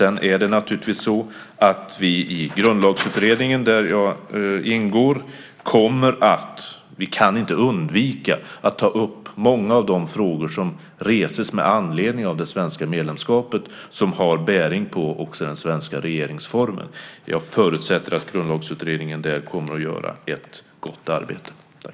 Sedan är det naturligtvis så att vi i Grundlagsutredningen, där jag ingår, kommer att ta upp - det kan vi inte undvika - många av de frågor som reses med anledning av det svenska medlemskapet och som också har bäring på den svenska regeringsformen. Jag förutsätter att Grundlagsutredningen kommer att göra ett gott arbete där.